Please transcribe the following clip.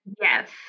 Yes